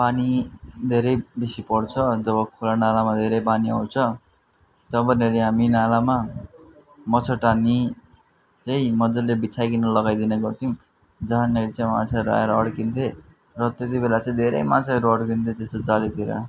पानी धेरै बेसी पर्छ अनि जब खोला नालामा धेरै पानी आउँछ तबनेर हामी नालामा मच्छरदानी चाहिँ मज्जाले बिछ्याईकन लगाइदिने गर्थ्यौँ जहाँनेर चाहिँ माछाहरू आएर अड्किन्थे र त्यति बेला चाहिँ धेरै माछाहरू अड्किन्थे त्यस्तो जालीतिर